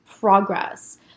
progress